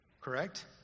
correct